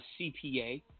CPA